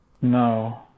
No